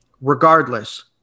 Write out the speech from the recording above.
Regardless